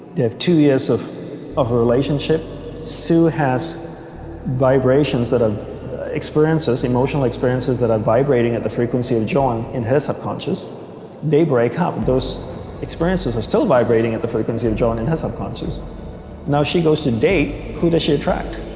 you have two years of of relationship sue has vibrations that have experiences emotional experiences that are vibrating at the frequency of john in his subconscious they break up those experiences are still vibrating at the frequency of john and has a ah conscious now she goes to date who does she attract